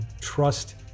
trust